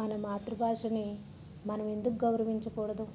మన మాతృభాషని మనం ఎందుకు గౌరవించకూడదు